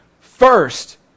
First